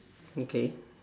okay